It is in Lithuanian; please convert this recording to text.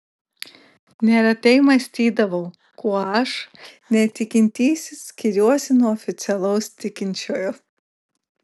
neretai mąstydavau kuo aš netikintysis skiriuosi nuo oficialaus tikinčiojo